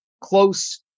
close